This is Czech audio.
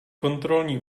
kontrolní